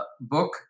book